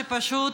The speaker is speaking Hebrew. שפשוט